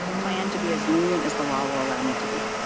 plan to be as lenient as the law will allow me to be.